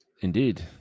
Indeed